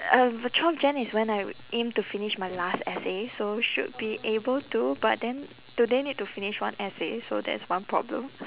uh twelve jan is when I would aim to finish my last essay so should be able to but then today need to finish one essay so that is one problem